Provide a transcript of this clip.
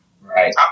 right